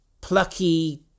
plucky